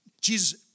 Jesus